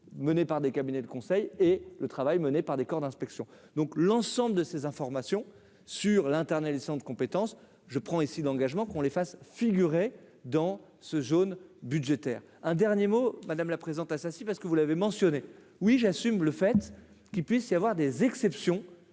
menées par des cabinets de conseil et le travail mené par des corps d'inspection, donc l'ensemble de ces informations sur l'Internet, le centre de compétences, je prends ici l'engagement qu'on les fasse figurer dans ce jaune budgétaire, un dernier mot Madame la présentation aussi parce que vous l'avez mentionné oui j'assume le fait qu'il puisse y avoir des exceptions